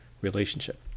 relationship